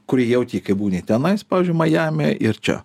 kurį jauti kai būni tenais pavyzdžiui majamyje ir čia